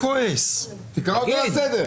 קרא אותי לסדר,